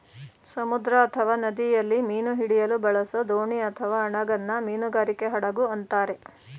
ಸಮುದ್ರ ಅಥವಾ ನದಿಯಲ್ಲಿ ಮೀನು ಹಿಡಿಯಲು ಬಳಸೋದೋಣಿಅಥವಾಹಡಗನ್ನ ಮೀನುಗಾರಿಕೆ ಹಡಗು ಅಂತಾರೆ